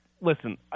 listen